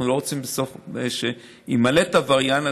אנחנו לא רוצים בסוף שיימלט עבריין,